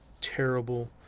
terrible